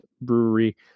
brewery